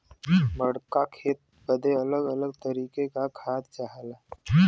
बड़्का खेत बदे अलग अलग तरीके का खाद चाहला